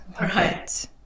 right